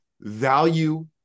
value